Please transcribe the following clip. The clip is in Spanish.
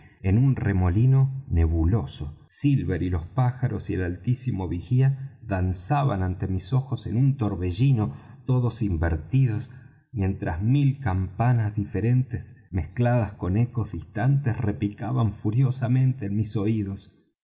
en un remolino nebuloso silver y los pájaros y el altísimo vigía danzaban ante mis ojos en un torbellino todos invertidos mientras mil campanas diferentes mezcladas con ecos distantes repicaban furiosamente en mis oídos